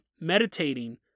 meditating